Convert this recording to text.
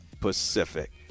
pacific